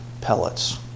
pellets